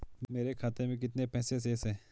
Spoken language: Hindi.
मेरे खाते में कितने पैसे शेष हैं?